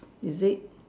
is it